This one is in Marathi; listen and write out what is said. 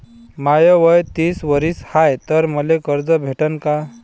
माय वय तीस वरीस हाय तर मले कर्ज भेटन का?